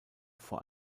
vor